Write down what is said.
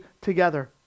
together